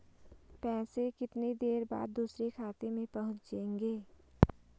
पैसे कितनी देर बाद दूसरे खाते में पहुंचेंगे?